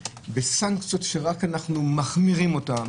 בסנקציות שרק אנחנו מחמירים אותן